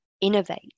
innovate